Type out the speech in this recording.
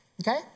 Okay